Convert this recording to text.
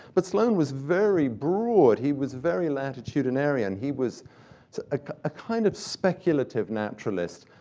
but sloane was very broad. he was very latitude in area, and he was a kind of speculative naturalist,